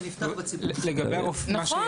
נכון.